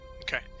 okay